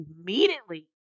immediately